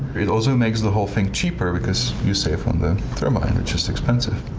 it also makes the whole thing cheaper, because you save um the turbine, which is expensive.